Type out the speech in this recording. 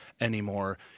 anymore